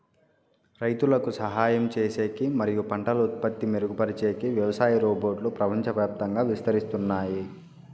రైతులకు సహాయం చేసేకి మరియు పంటల ఉత్పత్తి మెరుగుపరిచేకి వ్యవసాయ రోబోట్లు ప్రపంచవ్యాప్తంగా విస్తరిస్తున్నాయి